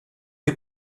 est